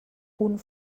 punt